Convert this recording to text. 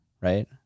Right